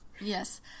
Yes